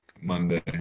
Monday